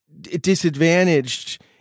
disadvantaged